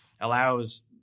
allows